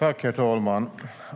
Herr talman!